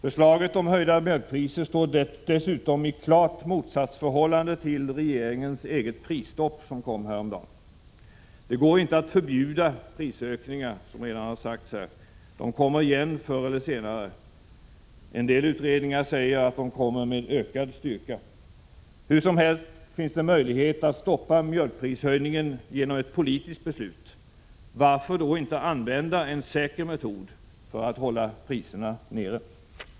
Förslaget om höjda mjölkpriser står dessutom i klart motsatsförhållande till regeringens eget prisstopp som infördes häromdagen. Det går inte att förbjuda prisökningar, som redan har sagts. De kommer igen förr eller senare — en del utredningar säger att de kommer med ökad styrka. Hur som helst finns det möjlighet att stoppa mjölkprishöjningen genom ett politiskt beslut. Varför då inte använda en säker metod för att hålla priserna nere?